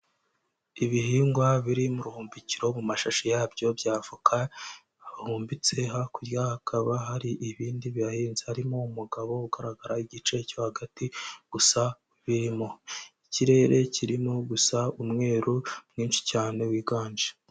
Ibihingwa biri mu buhumbikiro mu mashashi yabyo bya avoka hahumbitse hakurya hakaba hari ibindi bihahinze harimo umugabo ugaragara igice cyo hagati gusa birimo, ikirere kirimo gusa umweru mwinshi cyane wiganje.